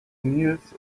kneels